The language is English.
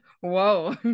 Whoa